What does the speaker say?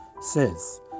says